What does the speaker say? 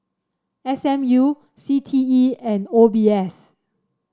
S M U C T E and O B S